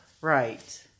right